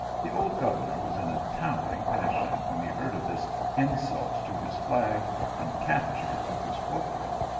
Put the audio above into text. the old governor was in a towering passion, when he heard of this insult to his flag and capture of his corporal.